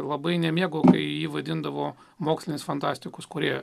labai nemėgo kai jį vadindavo mokslinės fantastikos kūrėju